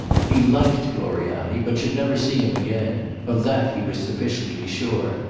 he liked gloriani, but should never see him again of that he was sufficiently sure.